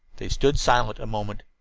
they stood silent a moment,